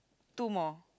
two more